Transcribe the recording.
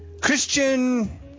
Christian